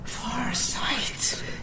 Farsight